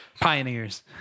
Pioneers